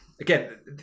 again